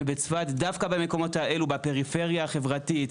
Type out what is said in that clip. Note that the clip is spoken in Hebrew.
דווקא במקומות האלו בפריפריה החברתית,